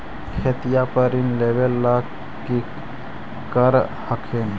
खेतिया पर ऋण लेबे ला की कर हखिन?